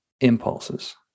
impulses